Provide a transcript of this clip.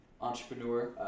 entrepreneur